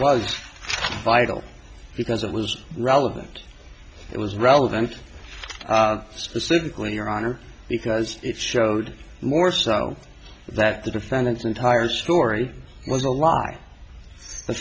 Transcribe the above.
was vital because it was relevant it was relevant specifically your honor because it showed more so that the defendants entire story was a lie the